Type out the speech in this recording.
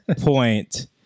point